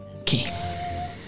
Okay